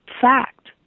fact